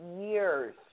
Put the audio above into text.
years